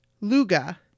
luga